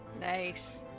Nice